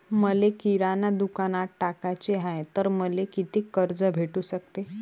मले किराणा दुकानात टाकाचे हाय तर मले कितीक कर्ज भेटू सकते?